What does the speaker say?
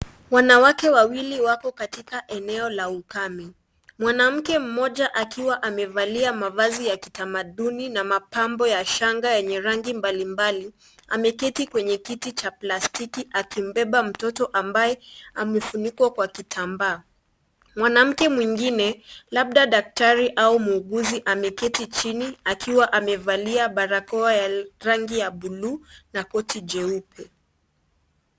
Wanawake wawili wako katika eneo la ukame. Mwanamke mmoja akiwa amevalia mavazi ya kitamaduni na mapambo ya shanga yenye rangi mbalimbali, ameketi kwenye kiti cha plastiki akimbeba mtoto ambaye amefunikwa kwa kitambaa. Mwanamke mwingine, labda daktari au muuguzi ameketi chini, akiwa amevalia barakoa ya rangi ya bluu na koti jeupe.